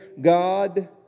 God